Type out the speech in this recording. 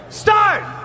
start